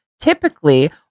Typically